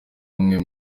umwe